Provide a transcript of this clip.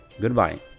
Goodbye